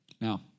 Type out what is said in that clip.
Now